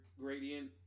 gradient